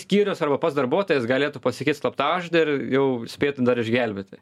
skyrius arba pats darbuotojas galėtų pasakyt slaptažodį ir jau spėtų dar išgelbėti